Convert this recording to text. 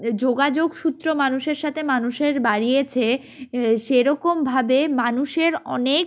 যোগাযোগ সূত্র মানুষের সাতে মানুষের বাড়িয়েছে সেরকমভাবে মানুষের অনেক